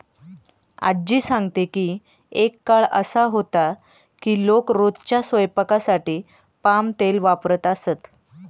आज्जी सांगते की एक काळ असा होता की लोक रोजच्या स्वयंपाकासाठी पाम तेल वापरत असत